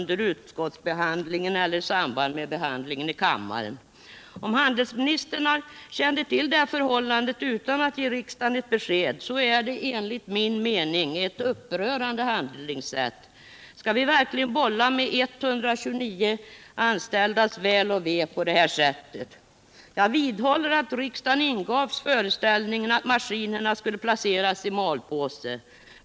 Det skedde heller inte i samband med behandlingen i kammaren. Om handelsministern kände till dessa förhållanden utan att ge riksdagen besked, är detta enligt min mening ett upprörande handlingssätt. Skall vi verkligen bolla med 129 anställdas väl och ve på detta sätt? Jag vidhåller att riksdagen ingavs föreställningen att maskinerna skulle placeras i malpåse.